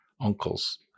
uncles